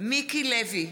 מיקי לוי,